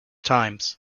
times